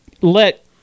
let